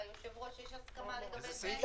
האמת היא שהוא דיבר על פחות.